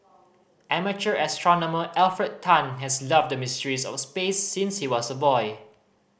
amateur astronomer Alfred Tan has loved the mysteries of space since he was a boy